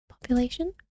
Population